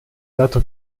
dato